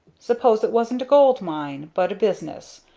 suppose it wasn't a gold mine, but a business,